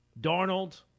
Darnold